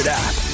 app